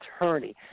attorney